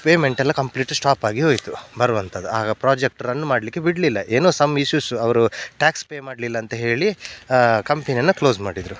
ಪೇಮೆಂಟೆಲ್ಲ complete ಸ್ಟಾಪಾಗಿ ಹೋಯಿತು ಬರುವಂಥದ್ದು ಆಗ ಪ್ರಾಜೆಕ್ಟ್ ರನ್ ಮಾಡಲಿಕ್ಕೆ ಬಿಡಲಿಲ್ಲ ಏನೋ ಸಮ್ ಇಶ್ಯೂಸು ಅವರು ಟ್ಯಾಕ್ಸ್ ಪೇ ಮಾಡಲಿಲ್ಲ ಅಂತ ಹೇಳಿ ಕಂಪೆನಿಯನ್ನು ಕ್ಲೋಸ್ ಮಾಡಿದರು